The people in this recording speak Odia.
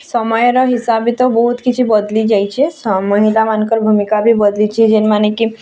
ସମୟର ହିସାବି ତ ବହୁତ୍ କିଛି ବଦ୍ଲି ଯାଇଛେ ସମୟ ମହିଲାମାନଙ୍କ ଭୂମିକା ବି ବଦ୍ଲିଛେ ଯେନ୍ ମାନେକି